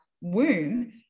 womb